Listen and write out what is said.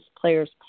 player's